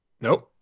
Nope